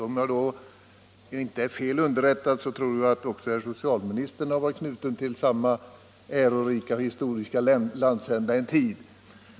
Om jag inte är fel underrättad har också socialministern en tid varit knuten till samma ärorika historiska landsända.